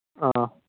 ꯑꯥ